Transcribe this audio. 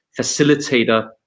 facilitator